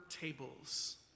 tables